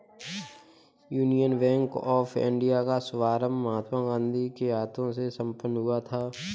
union Bank of India का शुभारंभ महात्मा गांधी के हाथों से संपन्न हुआ था